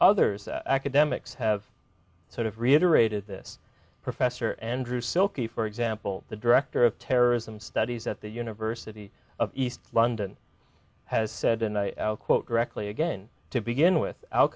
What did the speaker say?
others academics have sort of reiterated this professor andrew silkie for example the director of terrorism studies at the university of east london has said and i quote directly again to begin with al